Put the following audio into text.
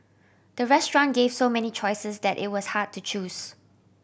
the restaurant gave so many choices that it was hard to choose